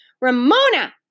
Ramona